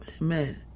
Amen